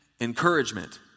encouragement